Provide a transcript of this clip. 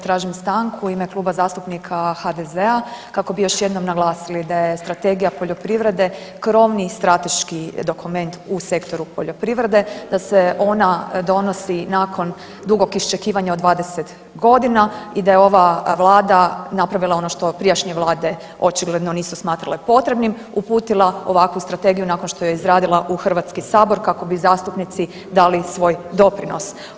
Tražim stanku u ime Kluba zastupnika HDZ-a kako bi još jednom naglasili da je Strategija poljoprivrede krovni strateški dokument u sektoru poljoprivrede, da se ona donosi nakon dugog iščekivanja od 20 godina i da je ova Vlada napravila ono što prijašnje vlade očigledno nisu smatrale potrebnim, uputila ovakvu strategiju nakon što je izradila u HS kako bi zastupnici dali svoj doprinos.